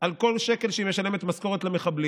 על כל שקל שהיא משלמת משכורת למחבלים.